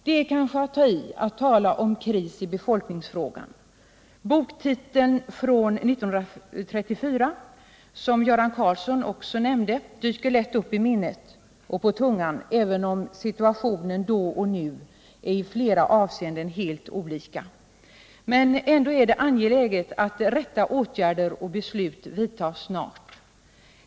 Det är kanske att ta i att tala om kris i befolkningsfrågan — boktiteln från 1934, som Göran Karlsson också nämnde, dyker lätt upp i minnet och på tungan, även om situationen då och nu i flera avseenden är helt olika — men ändå är det angeläget att rätta åtgärder och beslut vidtas snart.